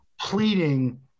pleading